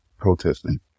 protesting